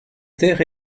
terre